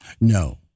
No